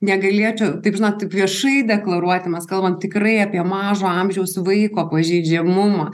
negalėčiau taip žinot viešai deklaruoti mes kalbam tikrai apie mažo amžiaus vaiko pažeidžiamumą